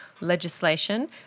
legislation